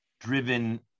driven